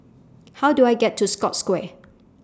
How Do I get to Scotts Square